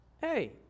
hey